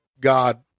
God